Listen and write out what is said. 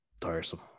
tiresome